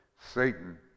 Satan